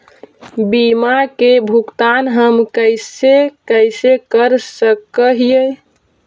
बीमा के भुगतान हम कैसे कैसे कर सक हिय?